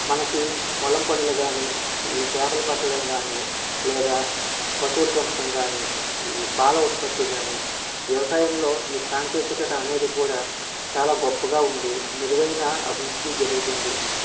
మనకి పొలం పనులుగాని ఈ చేపలు పట్టడం కానీ లేదా పశువుల పెంపకం కానీ ఈ పాల ఉత్పత్తి కానీ వ్యవసాయంలో ఈ సాంకేతికత అనేది కూడా చాలా గొప్పగా ఉంది మెరుగైన అభివృద్ధి జరుగుతుంది